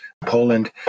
Poland